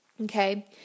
okay